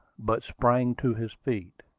but sprang to his feet.